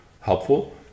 helpful